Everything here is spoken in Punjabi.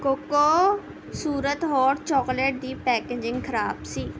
ਕੋਕੋਸੂਰਤ ਹੋਟ ਚਾਕਲੇਟ ਦੀ ਪੈਕੇਜਿੰਗ ਖਰਾਬ ਸੀ